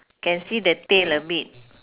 can see the tail a bit